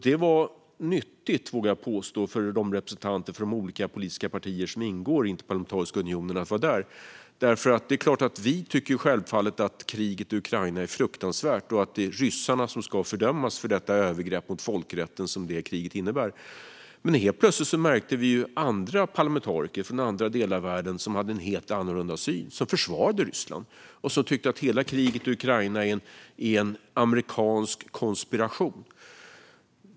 Det var nyttigt för representanterna för de olika politiska partier som ingår i Interparlamentariska unionen att vara där, vågar jag påstå. Vi tycker självfallet att kriget i Ukraina är fruktansvärt och att det är ryssarna som ska fördömas för det övergrepp på folkrätten som kriget innebär. Men helt plötsligt märkte vi att andra parlamentariker från andra delar av världen hade en helt annorlunda syn. De försvarade Ryssland och tyckte att hela kriget i Ukraina är en amerikansk konspiration.